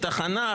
הכנה,